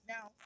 Now